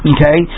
Okay